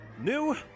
new